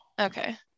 Okay